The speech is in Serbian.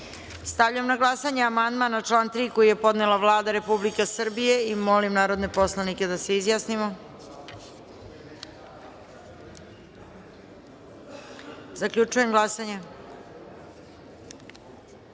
na glasanje amandman na član 3. koji je podnela Vlada Republike Srbije .Molim narodne poslanike da se izjasnimo. Zaključujem glasanje: